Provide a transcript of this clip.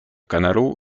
kanalo